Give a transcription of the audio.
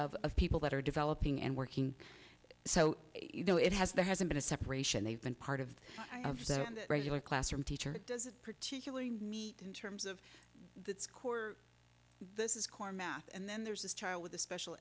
of people that are developing and working so you know it has there hasn't been a separation they've been part of the regular classroom teacher particularly me in terms of its core this is core math and then there's this chart with the special